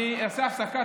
אני אעשה הפסקה.